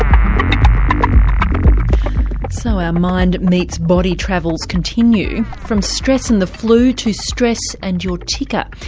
um so our mind meets body travels continue. from stress and the flu, to stress and your ticker.